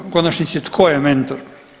U konačnici tko je mentor?